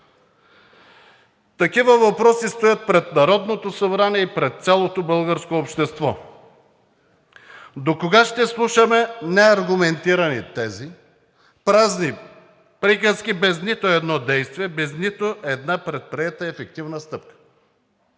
Такива въпроси стоят пред Народното събрание и пред цялото българско общество. Докога ще слушаме неаргументирани тези, празни приказки, без нито едно действие, без нито една предприета ефективна стъпка?